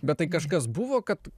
bet tai kažkas buvo kad